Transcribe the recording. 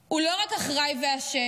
הוא לא רק אחראי ואשם,